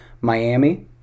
Miami